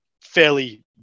fairly